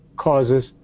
causes